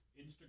Instagram